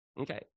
Okay